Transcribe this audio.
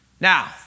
Now